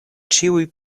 ĉiuj